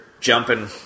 jumping